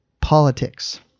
politics